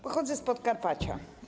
Pochodzę z Podkarpacia.